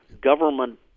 government